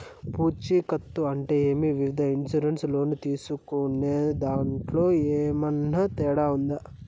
పూచికత్తు అంటే ఏమి? వివిధ ఇన్సూరెన్సు లోను తీసుకునేదాంట్లో ఏమన్నా తేడా ఉందా?